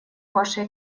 вашей